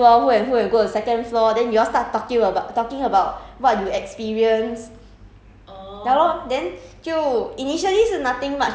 then 他会跟你讲 okay err who and who will go to first floor who and who will go to second floor then you all start talking about talking about what you experience